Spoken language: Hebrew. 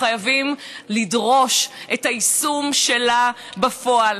חייבים לדרוש את היישום שלה בפועל.